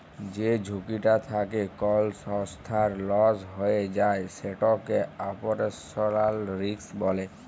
যে ঝুঁকিটা থ্যাকে কল সংস্থার লস হঁয়ে যায় সেটকে অপারেশলাল রিস্ক ব্যলে